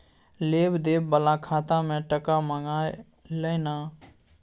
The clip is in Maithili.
लेब देब बला खाता मे टका मँगा लय ना